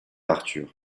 arthur